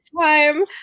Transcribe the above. time